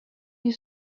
you